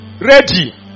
ready